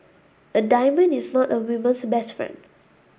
a diamond is not a woman's best friend